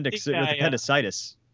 appendicitis